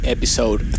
Episode